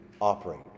operate